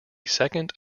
second